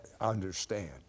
understand